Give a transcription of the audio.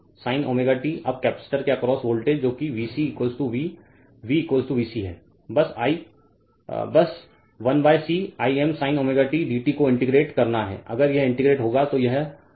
तो I m sin ω t अब capacitor के अक्रॉस वोल्टेज जो की VC V V VC है बस 1 C I m sin ω t dt को इंटीग्रेट करना है अगर यह इंटीग्रेट होगा तो यह I mω C cos ω t होगा